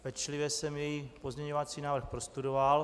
Pečlivě jsem její pozměňovací návrh prostudoval.